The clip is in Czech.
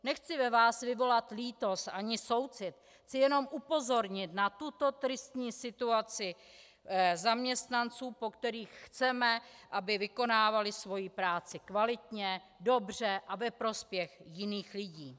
Nechci ve vás vyvolat lítost ani soucit, chci jenom upozornit na tuto tristní situaci zaměstnanců, po kterých chceme, aby vykonávali svoji práci kvalitně, dobře a ve prospěch jiných lidí.